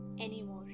anymore